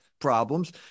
problems